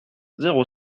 zéro